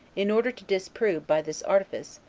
in order to disprove, by this artifice,